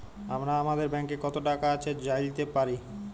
আমরা আমাদের ব্যাংকে কত টাকা আছে জাইলতে পারি